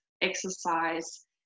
exercise